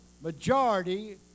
Majority